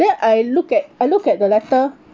then I look at I look at the letter